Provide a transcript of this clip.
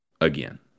again